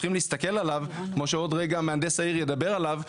צריכים להסתכל עליו כמו שעוד רגע מהנדס העיר ידבר עליו,